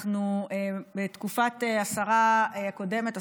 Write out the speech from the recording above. בתקופת השרה הקודמת,